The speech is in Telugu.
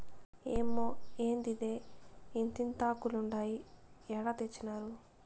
ఏమ్మే, ఏందిదే ఇంతింతాకులుండాయి ఏడ తెచ్చినారు